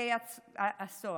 בתי הסוהר.